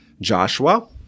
Joshua